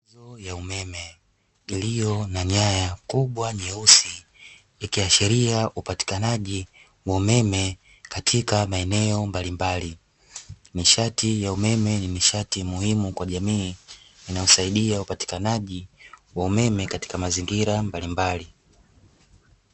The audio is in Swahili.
Zoo ya umeme iliyo na nyaya kubwa nyeusi ikiashiria upatikanaji wa umeme katika maeneo mbalimbali. Nishati ya umeme ni nishati muhimu kwa jamii inayosaidia upatikanaji wa umeme katika mazingira mbalimbali.